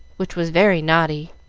which was very naughty,